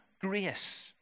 grace